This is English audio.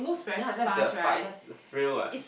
yeah that's the fun that's thrill [what]